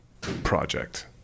project